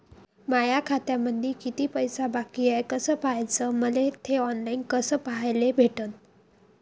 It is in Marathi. माया खात्यामंधी किती पैसा बाकी हाय कस पाह्याच, मले थे ऑनलाईन कस पाह्याले भेटन?